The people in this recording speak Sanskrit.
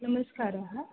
नमस्कारः